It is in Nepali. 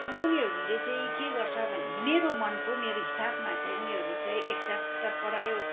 अब उनीहरूले चाहिँ के गर्छ भने चाहिँ मेरो मनको मेरो हिसाबमा चाहिँ उनीहरू चाहिँ एक च्याप्टर पढायो